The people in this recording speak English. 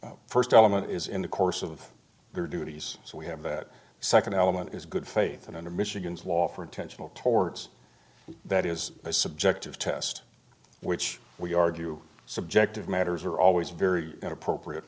key first element is in the course of their duties so we have that second element is good faith and under michigan's law for intentional towards that is a subjective test which we argue subjective matters are always very inappropriate